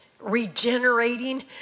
Regenerating